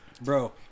Bro